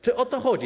Czy o to chodzi?